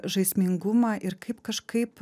žaismingumą ir kaip kažkaip